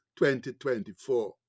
2024